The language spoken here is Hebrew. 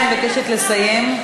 אני מבקשת לסיים.